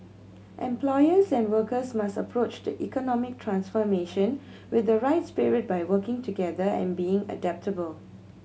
employers and workers must approach the economic transformation with the right spirit by working together and being adaptable